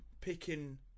picking